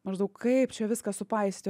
maždaug kaip čia viską supaisyti